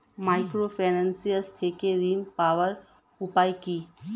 Microfinance থেকে ঋণ পাওয়ার উপায় কি?